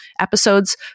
episodes